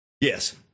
yes